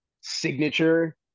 signature